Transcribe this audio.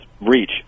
reach